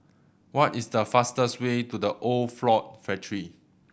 what is the fastest way to The Old Floor Factory